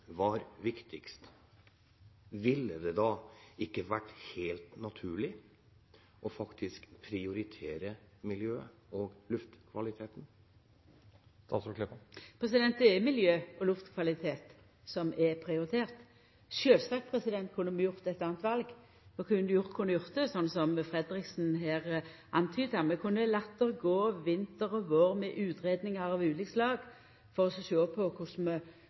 var viktigst, ville det ikke da vært helt naturlig faktisk å prioritere miljøet og luftkvaliteten? Det er miljø og luftkvalitet som er prioritert. Sjølvsagt kunne vi gjort eit anna val. Vi kunne gjort det slik Fredriksen her antydar: Vi kunne late vinter og vår gå, med utgreiingar av ulikt slag, for å sjå på